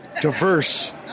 diverse